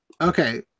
okay